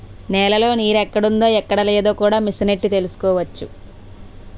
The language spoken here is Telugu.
నేలలో నీరెక్కడుందో ఎక్కడలేదో కూడా మిసనెట్టి తెలుసుకోవచ్చు